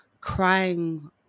crying